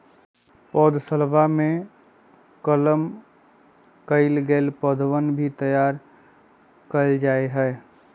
पौधशलवा में कलम कइल गैल पौधवन भी तैयार कइल जाहई